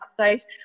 update